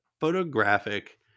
photographic